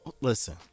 Listen